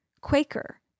Quaker